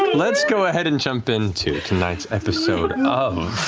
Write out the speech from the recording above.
let's go ahead and jump into tonight's episode of